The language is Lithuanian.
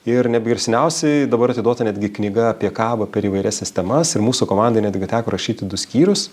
ir nebe ir seniausiai dabar atiduota netgi knyga apie kavą per įvairias sistemas ir mūsų komandai netgi teko rašyti du skyrius